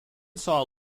saw